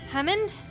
Hammond